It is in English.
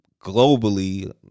globally